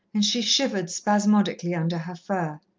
and she shivered spasmodically under her fur.